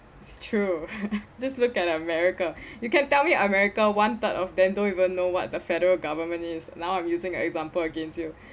it's true just look at america you can tell me america one third of them don't even know what the federal government is now I'm using an example against you